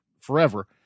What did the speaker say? forever